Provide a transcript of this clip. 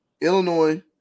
Illinois